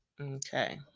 Okay